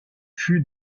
fut